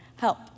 Help